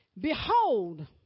Behold